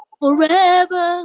forever